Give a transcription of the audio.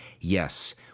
Yes